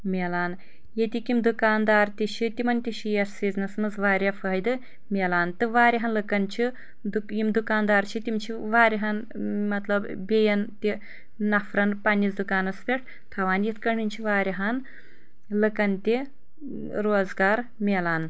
ملان ییٚتِکۍ یم دُکاندار تہِ چھِ تمن تہِ چھُ یتھ سیزنس منٛز واریاہ فٲیدٕ مِلان تہٕ واریاہن لُکن چھ یم دُکاندار چھِ تِم چھ واریاہن مطلب بیٚین تہِ نفرن پننِس دُکانس پٮ۪ٹھ تھاوان یتھ کٲٹھۍ چھِ واریاہن لُکن تہِ روزگار مِلان